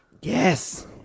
Yes